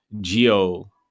geo